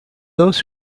those